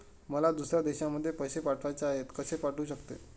मला दुसऱ्या देशामध्ये पैसे पाठवायचे आहेत कसे पाठवू शकते?